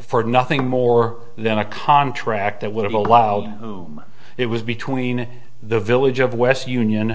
for nothing more than a contract that would allow whom it was between the village of west union